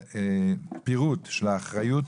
לקבל פירוט של האחריות